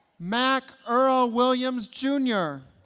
mack earl williams jr.